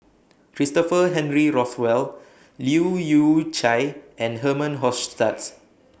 Christopher Henry Rothwell Leu Yew Chye and Herman Hochstadt